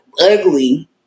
ugly